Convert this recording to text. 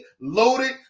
loaded